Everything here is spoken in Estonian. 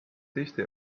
teiste